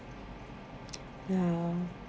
ya